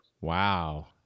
Wow